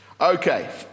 Okay